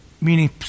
Meaning